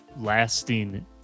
lasting